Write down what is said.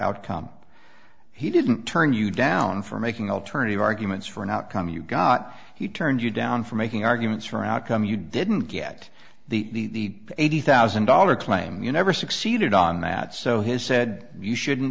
outcome he didn't turn you down for making alternative arguments for an outcome you got he turned you down for making arguments for how come you didn't get the eighty thousand dollar claim you never succeeded on that so his said you shouldn't